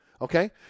okay